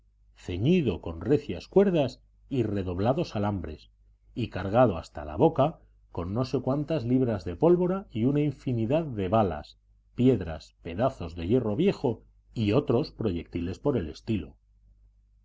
ceñido con recias cuerdas y redoblados alambres y cargado hasta la boca con no sé cuántas libras de pólvora y una infinidad de balas piedras pedazos de hierro viejo y otros proyectiles por el estilo